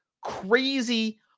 crazy